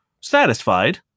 satisfied